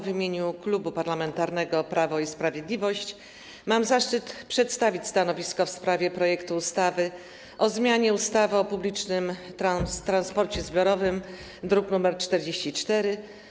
W imieniu Klubu Parlamentarnego Prawo i Sprawiedliwość mam zaszczyt przedstawić stanowisko w sprawie projektu ustawy o zmianie ustawy o publicznym transporcie zbiorowym, druk nr 44.